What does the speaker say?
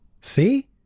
see